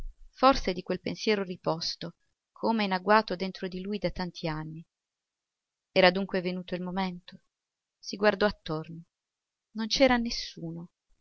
forse di quel pensiero riposto come in agguato dentro di lui da tanti anni era dunque venuto il momento si guardò attorno non c'era nessuno